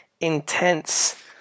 intense